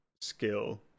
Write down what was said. skill